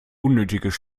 unnötiges